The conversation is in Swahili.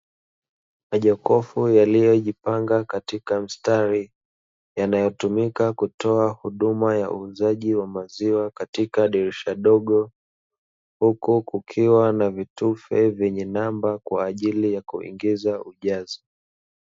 Majokofu yaliyojipanga katika mstari, yanayotumika kutoa huduma ya uuzaji wa maziwa katika dirisha dogo, huku kukiwa na vitufe vyenye namba kwa ajili ya kuingiza ujazo.